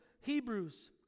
Hebrews